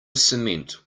cement